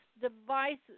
devices